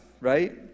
right